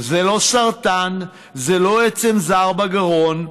זה לא סרטן, זה לא עצם זר בגרון.